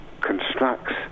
constructs